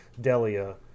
Delia